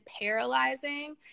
paralyzing